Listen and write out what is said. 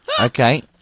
Okay